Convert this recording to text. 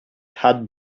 had